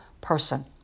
person